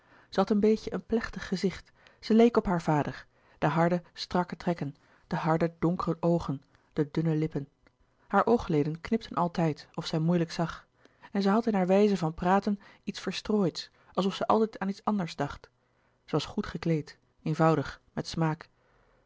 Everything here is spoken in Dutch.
had een beetje een plechtig gezicht zij leek op haar vader de harde strakke trekken de harde donkere oogen de dunne lippen hare oogleden knipten altijd of zij moeilijk zag en zij had in haar wijze van praten iets verstrooids alsof zij altijd aan iets anders dacht zij was goed gekleed eenvoudig met smaak